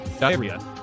diarrhea